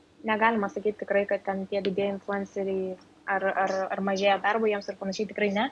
negalima sakyti tikrai kad ten tie didieji influenceriai ar ar ar mažėja darbo jiems ir panašiai tikrai ne